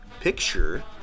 picture